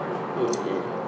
mmhmm